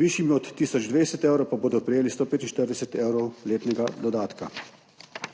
višjimi od tisoč 20 evrov, pa bodo prejeli 145 evrov letnega dodatka.